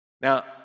Now